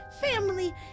Family